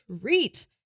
treat